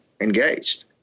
engaged